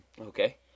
Okay